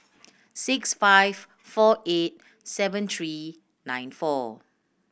six five four eight seven three nine four